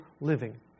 living